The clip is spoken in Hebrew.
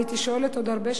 הייתי שואלת עוד הרבה שאלות,